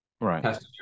right